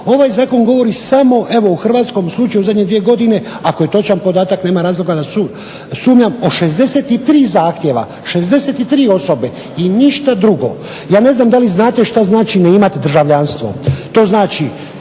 Ovaj Zakon govori samo evo u hrvatskom slučaju u zadnje dvije godine ako je točan podatak nema razloga da sumnjam o 63 zahtjeva, 63 osobe i ništa drugo. Ja ne znam da li znate šta znači ne imati državljanstvo?